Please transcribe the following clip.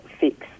fix